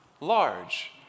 Large